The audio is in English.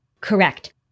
Correct